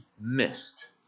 missed